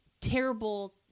terrible